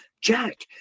Jack